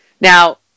Now